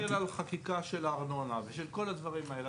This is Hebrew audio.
אם תסתכל על חקיקה של הארנונה ושל כל הדברים האלה,